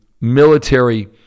military